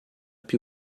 più